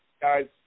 guy's